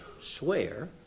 swear